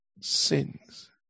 sins